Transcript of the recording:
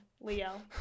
Leo